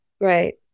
Right